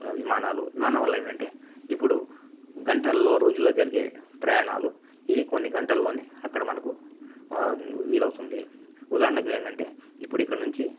విమానాలు విమానం వల్ల ఏంటంటే ఇప్పుడు గంటల్లో రోజుల్లో జరిగే ప్రయాణాలు ఇవి కొన్ని గంటల్లోనే అక్కడ మనకు వీలు అవుతుంది ఉదాహరణకు ఏంటంటే ఇప్పుడు ఇక్కడ నుంచి